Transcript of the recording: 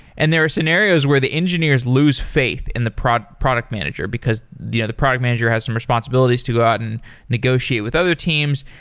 and there are scenarios where the engineers lose faith in the product product manager, because the product manager has some responsibilities to go out and negotiate with other teams,